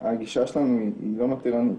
הגישה שלנו היא לא מתירנית.